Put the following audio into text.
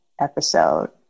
episode